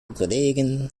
kollegen